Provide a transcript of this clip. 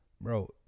Bro